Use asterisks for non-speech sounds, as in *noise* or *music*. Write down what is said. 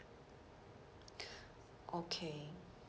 *breath* okay